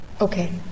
okay